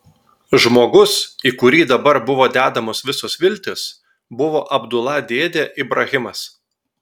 žmogus į kurį dabar buvo dedamos visos viltys buvo abdula dėdė ibrahimas